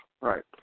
right